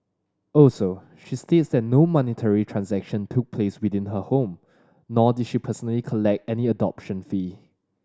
also she states that no monetary transaction took place within her home nor did she personally collect any adoption fee